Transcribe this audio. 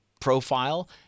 profile